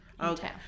Okay